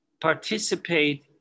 participate